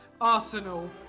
Arsenal